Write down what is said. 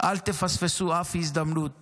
אל תפספסו אף הזדמנות